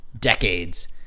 decades